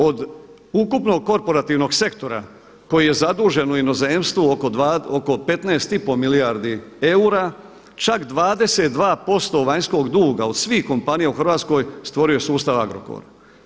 Od ukupnog korporativnog sektora koji je zadužen u inozemstvu oko 15 i pol milijardi eura čak 22% vanjskog duga od svih kompanija u Hrvatskoj stvorio sustav Agrokor.